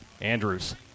Andrews